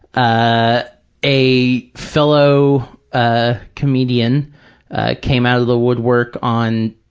ah a fellow ah comedian ah came out of the woodwork on